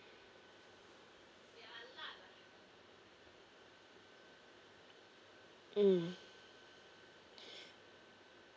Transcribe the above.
mm